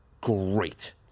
great